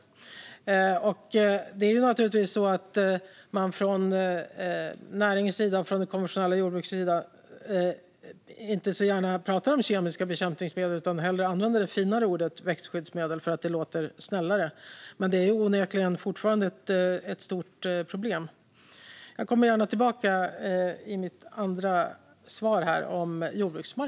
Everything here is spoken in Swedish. Från näringens och det konventionella jordbrukets sida talar man naturligtvis inte så gärna om kemiska bekämpningsmedel utan använder hellre det finare ordet växtskyddsmedel, för det låter snällare. Men detta är onekligen fortfarande ett stort problem. Jag kommer gärna tillbaka till jordbruksmarken i mitt andra svar.